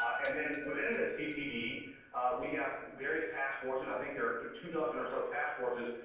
and then within the ccd we have various task forces. i think there are two two dozen or so task forces.